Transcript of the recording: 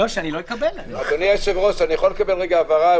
אדוני היושב-ראש, אני יכול לקבל הבהרה?